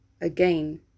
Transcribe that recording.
Again